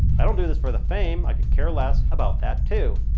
i don't do this for the fame. i could care less about that too.